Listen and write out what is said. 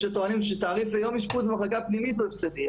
יש שטוענים שתעריף ליום אשפוז במחלקה פנימית הוא הפסדי,